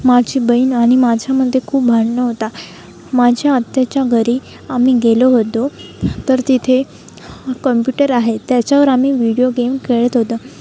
माझी बहीण आणि माझ्यामध्ये खूप भांडणं होता माझ्या आत्त्याच्या घरी आम्ही गेलो होतो तर तिथे कम्प्युटर आहे त्याच्यावर आम्ही व्हिडिओ गेम खेळत होतो